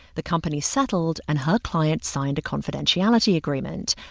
the company settled and her client signed a confidentiality agreement.